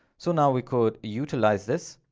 so now we could utilize this.